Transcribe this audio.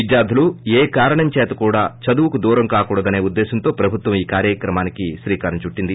విద్యార్లులు ఏ కారణం చేత కుడా చదువుకు దూరం కాకూడదనే ఉద్దేశ్వంతో ప్రభుత్వం ఈ కార్యక్రమానికి శ్రీకారం చుట్టింది